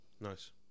nice